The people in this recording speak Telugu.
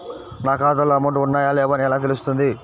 నా ఖాతాలో అమౌంట్ ఉన్నాయా లేవా అని ఎలా తెలుస్తుంది?